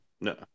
No